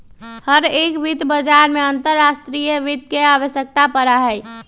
हर एक वित्त बाजार में अंतर्राष्ट्रीय वित्त के आवश्यकता पड़ा हई